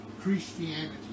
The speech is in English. Christianity